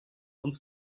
uns